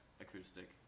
Acoustic